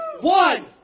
One